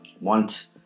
want